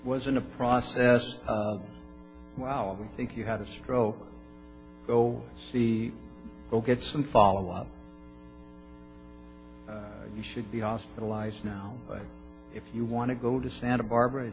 wasn't a process of wow we think you had a stroke go see get some follow up you should be hospitalized now if you want to go to santa barbara